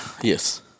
yes